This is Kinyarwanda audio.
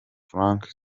franck